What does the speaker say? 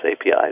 APIs